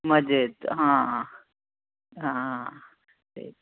मजेत हां हां ते